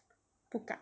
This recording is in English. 不敢